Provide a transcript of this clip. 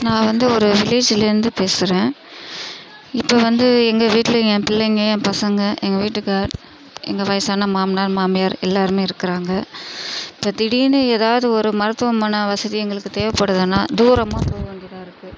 நான் வந்து ஒரு வில்லேஜில் இருந்து பேசுகிறேன் இப்போ வந்து எங்கள் வீட்டில் என் பிள்ளைங்க என் பசங்க எங்கள் வீட்டுக்காரர் எங்கள் வயதான மாமனார் மாமியார் எல்லோருமே இருக்கிறாங்க இப்போ திடீருன்னு எதாவது ஒரு மருத்துவனை வசதி எங்களுக்கு தேவைப்படுதுன்னால் தூரமாக போக வேண்டியதாக இருக்குது